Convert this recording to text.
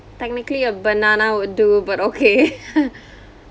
technically a banana would do but okay